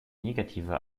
negative